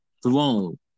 throne